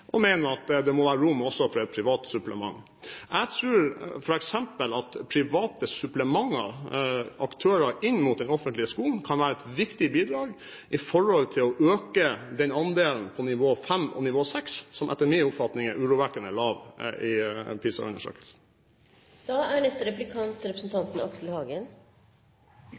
og mener at det må være rom også for et privat supplement. Jeg tror f.eks. at private supplementer, aktører inn mot den offentlige skolen, kan være et viktig bidrag for å øke den andelen på nivå 5 og nivå 6 som etter min oppfatning er urovekkende lav i PISA-undersøkelsen. I en budsjettdebatt er